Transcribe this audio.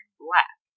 black